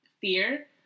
fear